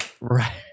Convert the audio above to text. Right